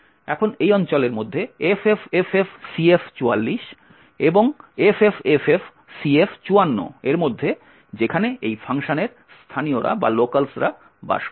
এখন এই অঞ্চলের মধ্যে ffffcf44 এবং ffffcf54 এর মধ্যে যেখানে এই ফাংশনের স্থানীয়রা বাস করে